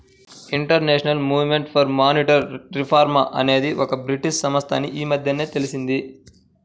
international movement for monetary reform అనేది ఒక British సంస్థ అని ఈ మధ్యనే తెలిసింది